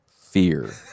fear